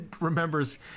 remembers